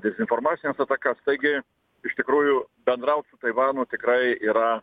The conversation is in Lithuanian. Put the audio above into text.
dezinformacines atakas taigi iš tikrųjų bendraut su taivanu tikrai yra